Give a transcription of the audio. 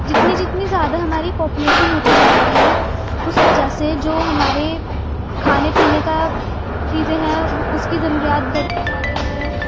جتنی جتنی زیادہ ہماری پاپولیشن ہوتی جا رہی ہے اس وجہ سے جو ہمارے کھانے پیںے کا چیزیں ہیں وہ اس کی ضروریات بڑھتی جا رہی ہے